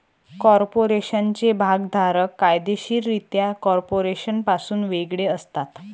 कॉर्पोरेशनचे भागधारक कायदेशीररित्या कॉर्पोरेशनपासून वेगळे असतात